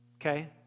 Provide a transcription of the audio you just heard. Okay